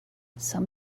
some